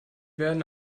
werden